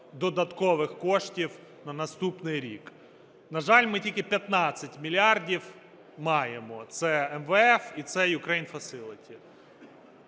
додаткових коштів на наступний рік. На жаль, ми тільки 15 мільярдів маємо – це МВФ і це Ukraine